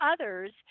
others